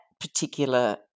particular